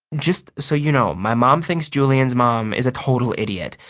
just so you know, my mom thinks julian's mom is a total idiot.